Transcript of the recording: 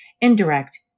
indirect